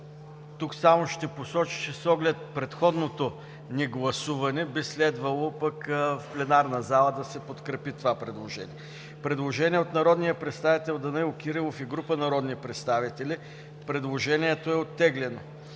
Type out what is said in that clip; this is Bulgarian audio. Тук само ще посоча, че с оглед предходното ни гласуване би следвало в пленарна зала да се подкрепи това предложение. Предложение от народния представител Данаил Кирилов и група народни представители. Предложението е оттеглено.